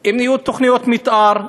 אם יהיו תוכניות מתאר,